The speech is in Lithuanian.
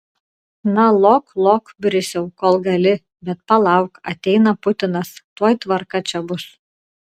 na lok lok brisiau kol gali bet palauk ateina putinas tuoj tvarka čia bus